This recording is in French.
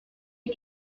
est